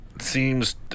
seems